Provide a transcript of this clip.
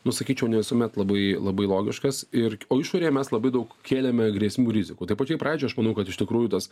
nu sakyčiau ne visuomet labai labai logiškas ir o išorėje mes labai daug kėlėme grėsmių rizikų tai pačioj pradžioj aš manau kad iš tikrųjų tas